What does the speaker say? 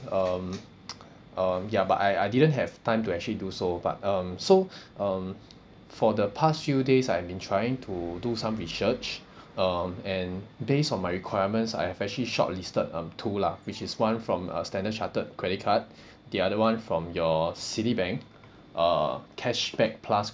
um um ya but I I didn't have time to actually do so but um so um for the past few days I've been trying to do some research um and based on my requirements I've actually shortlisted um two lah which is one from uh Standard Charter credit card the other one from your Citibank uh cashback plus